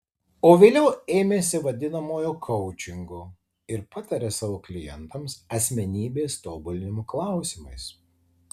o vėliau ėmėsi vadinamojo koučingo ir pataria savo klientams asmenybės tobulinimo klausimais